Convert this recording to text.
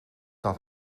dat